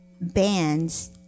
bands